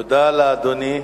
תודה לאדוני.